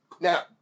Now